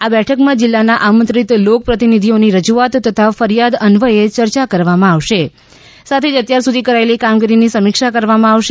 આ બેઠકમાં જીલ્લાના આમંત્રિત લોક પ્રતિનિધિઓની રજૂઆત તથા ફરિયાદ અન્વયે ચર્ચા કરવામાં આવશે સાથે જ અત્યાર સુધી કરાયેલી કામગીરીની સમીક્ષા કરવામાં આવશે